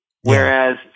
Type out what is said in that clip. Whereas